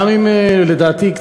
לדעתי,